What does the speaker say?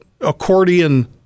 accordion